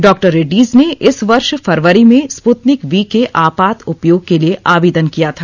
doctor Reddy's ने इस वर्ष फरवरी में स्पुतनिक वी के आपात उपयोग के लिए आवेदन किया था